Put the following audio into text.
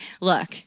look